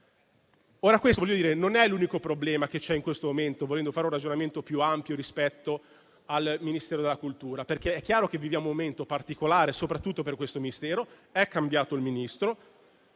Questo non è l'unico problema che c'è al momento, volendo fare un ragionamento più ampio rispetto al Ministero della cultura. È chiaro che si vive un momento particolare, soprattutto per questo Ministero: è cambiato il Ministro